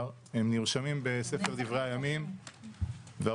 נרשמים בספר דברי הימים --- לנצח נצחים.